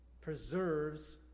preserves